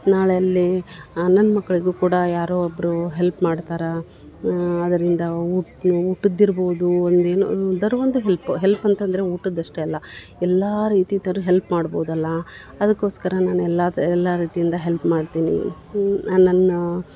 ನಾಳೆ ಅಲ್ಲಿ ನನ್ನ ಮಕ್ಕಳಿಗೂ ಕೂಡ ಯಾರೋ ಒಬ್ಬರು ಹೆಲ್ಪ್ ಮಾಡ್ತರೆ ಅದರಿಂದ ಊಟದ ಇರ್ಬೋದು ಒಂದು ಏನೋ ಒಂದರ ಒಂದು ಹೆಲ್ಪು ಹೆಲ್ಪ್ ಅಂತಂದ್ರ ಊಟದ ಅಷ್ಟೆ ಅಲ್ಲ ಎಲ್ಲಾ ರೀತಿತರು ಹೆಲ್ಪ್ ಮಾಡ್ಬೋದಲ್ಲ ಅದಕ್ಕೋಸ್ಕರ ನಾನು ಎಲ್ಲಾ ಎಲ್ಲಾ ರೀತಿಯಿಂದ ಹೆಲ್ಪ್ ಮಾಡ್ತೀನಿ ನನ್ನ